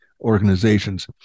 Organizations